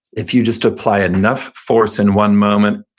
if you just apply enough force in one moment,